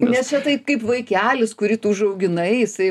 nes čia taip kaip vaikelis kurį tu užauginai jisai